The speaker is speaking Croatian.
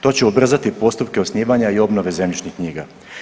To će ubrzati postupke osnivanja i obnove zemljišnih knjiga.